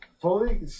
Fully